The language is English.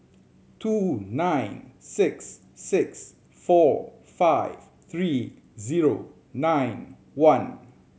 two nine six six four five three zero nine one